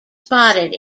spotted